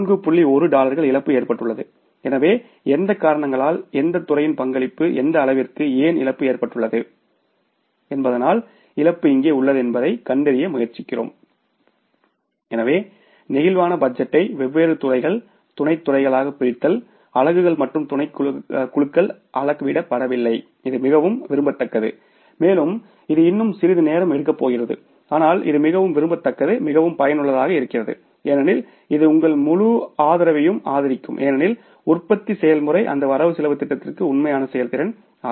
1 டாலர்கள் இழப்பு ஏற்பட்டுள்ளது எனவே எந்த காரணங்களால் எந்தத் துறையின் பங்களிப்பு எந்த அளவிற்கு ஏன் இழப்பு ஏற்பட்டுள்ளது என்பதனால் இழப்பு இங்கே உள்ளது என்பதைக் கண்டறிய முயற்சிக்கிறோம் எனவே முழு பிளேக்சிபிள் பட்ஜெட்டை வெவ்வேறு துறைகள் துணைத் துறைகளாகப் பிரித்தல் அலகுகள் மற்றும் துணைக்குழுக்கள் அளவிடப்படவில்லை இது மிகவும் விரும்பத்தக்கது மேலும் இது இன்னும் சிறிது நேரம் எடுக்கப் போகிறது ஆனால் இது மிகவும் விரும்பத்தக்கது மிகவும் பயனுள்ளதாக இருக்கிறது ஏனெனில் இது உங்கள் முழு ஆதரவையும் ஆதரிக்கும் ஏனெனில் உற்பத்தி செயல்முறை அந்த வரவு செலவுத் திட்டத்திற்கும் உண்மையான செயல்திறன் ஆகும்